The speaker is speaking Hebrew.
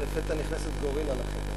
ולפתע נכנסת גורילה לחדר,